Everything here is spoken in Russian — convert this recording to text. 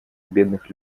бедных